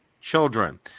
children